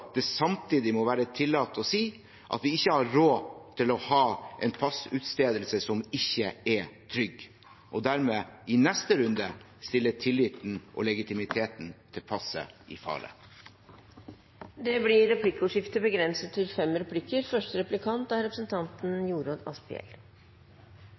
det samtidig må være tillatt å si at vi ikke har råd til å ha en passutstedelse som ikke er trygg, og dermed i neste runde stiller tilliten og legitimiteten til passet i fare. Det blir replikkordskifte.